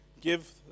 give